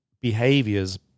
behaviors